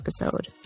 episode